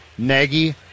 Nagy